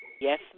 Yes